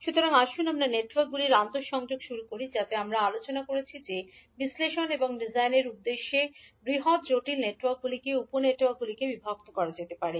সুতরাং আসুন আমরা নেটওয়ার্কগুলির আন্তঃসংযোগ শুরু করি যাতে আমরা আলোচনা করেছি যে বিশ্লেষণ এবং ডিজাইনের উদ্দেশ্যে বৃহত জটিল নেটওয়ার্কটিকে উপ নেটওয়ার্কগুলিতে বিভক্ত করা যেতে পারে